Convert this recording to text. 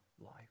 life